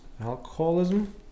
alcoholism